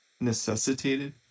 necessitated